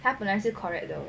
他本来是 correct 的